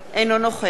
אינו נוכח